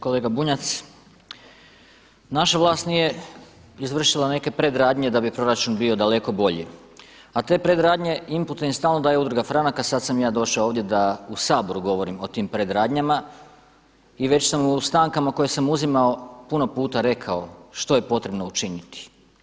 Kolega Bunjac, naša vlast nije izvršila neke predradnje da bi proračun bio daleko bolji, a te predradnje imput im stalno daje Udruga Franak, a sada sam ja došao ovdje da u Saboru govorimo o tim predradnjama i već sam u stankama koje sam uzimao puno puta rekao što je potrebno učiniti.